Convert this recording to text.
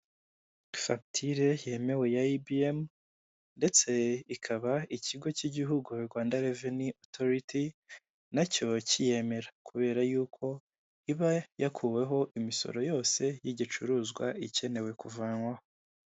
Fagitire yemewe ya ibiyemu ndetse ikaba ikigo k'igihugu Rwanda reveni otoriti nacyo kiyemera, kubera yuko iba yakuweho imisoro yose y'igicuruzwa ikenewe kuvanwaho.